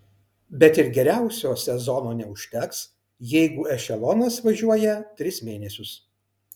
bet ir geriausio sezono neužteks jeigu ešelonas važiuoja tris mėnesius